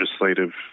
legislative